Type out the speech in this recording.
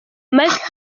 might